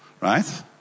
right